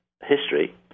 history